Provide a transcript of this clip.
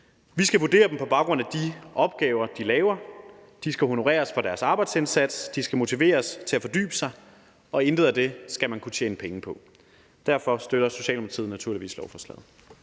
Vi skal vurdere dem på baggrund af de opgaver, de laver; de skal honoreres for deres arbejdsindsats; de skal motiveres til at fordybe sig – og intet af det skal man kunne tjene penge på. Derfor støtter Socialdemokratiet naturligvis lovforslaget.